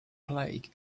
plague